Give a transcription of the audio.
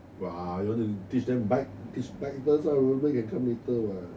!wah! you want to teach them bike teach bike first uh rollerblade can come later what